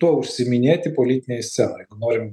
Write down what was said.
tuo užsiiminėti politinėj scenoj norim